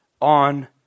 on